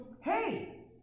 hey